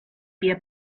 beer